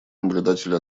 наблюдателю